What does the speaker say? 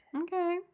Okay